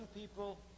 people